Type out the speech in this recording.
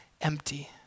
empty